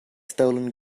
stolen